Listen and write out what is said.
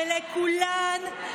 ולכולן,